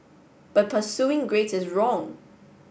but pursuing grades is wrong